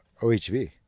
ohv